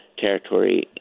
territory